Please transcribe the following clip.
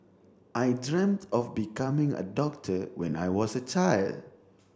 I dreamt of becoming a doctor when I was a child